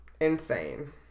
insane